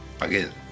again